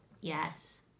yes